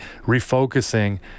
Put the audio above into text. refocusing